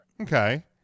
Okay